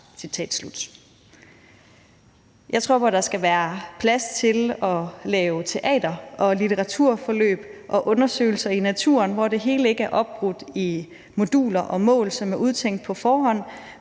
Jeg tror på, at der skal være plads til at lave teater- og litteraturforløb og undersøgelser i naturen, hvor det hele ikke er opbrudt i moduler og mål, som er udtænkt på forhånd,